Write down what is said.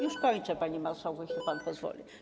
Już kończę, panie marszałku, jeśli pan pozwoli.